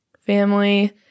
family